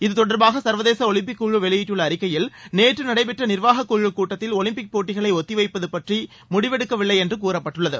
இத்தொடர்பாக சர்வதேச ஒலிம்பிக் குழு வெளியிட்டுள்ள அறிக்கையில் நேற்று நடைபெற்ற நிர்வாகக்குழக் கூட்டத்தில் ஒலிம்பிக் போட்டிகளை ஒத்திவைப்பது பற்றி முடிவெடுக்கவில்லை என்று கூறப்பட்டுள்ளது